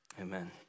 Amen